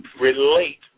relate